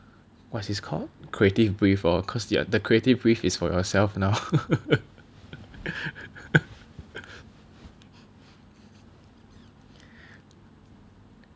what's this called creative brief hor cause the creative brief is for yourself now